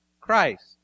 Christ